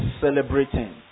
celebrating